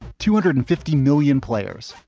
two hundred and fifty million players.